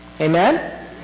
Amen